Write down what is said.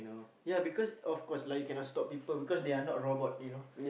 ya because of course lah you cannot stop people because they are not robots you know